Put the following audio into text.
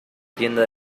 tienda